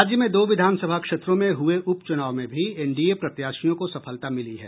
राज्य में दो विधानसभा क्षेत्रों में हुए उपचुनाव में भी एनडीए प्रत्याशियों को सफलता मिली है